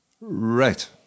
Right